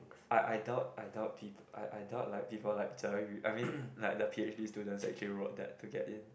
I I doubt I doubt peop~ I doubt like people like Zhe-Yu I mean like the P_H_D students actually wrote that to get in